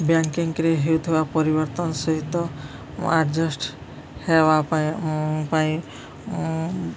ବ୍ୟାଙ୍କିଙ୍ଗରେ ହେଉଥିବା ପରିବର୍ତ୍ତନ ସହିତ ଆଡ଼ଜଷ୍ଟ ହେବା ପାଇଁ ପାଇଁ